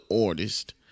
artist